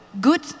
good